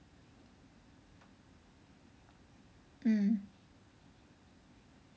mm